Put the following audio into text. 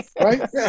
right